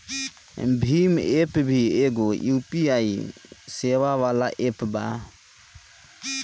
Bhim app भी एगो UPI सेवा वाला एप्प बाटे